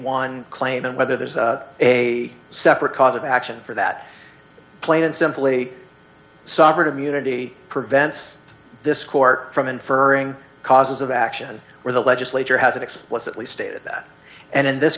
one claimant whether there is a separate cause of action for that plain and simply sovereign immunity prevents this court from inferring causes of action where the legislature has explicitly stated that and in this